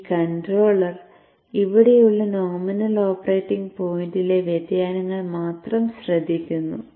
ഈ കൺട്രോളർ ഇവിടെയുള്ള nominal operating പോയിന്റിലെ വ്യതിയാനങ്ങൾ മാത്രം ശ്രദ്ധിക്കുന്നു